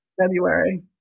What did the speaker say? February